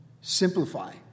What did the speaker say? Simplify